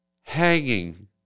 hanging